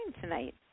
tonight